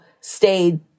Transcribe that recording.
stayed